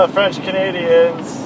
French-Canadians